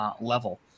level